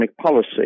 policy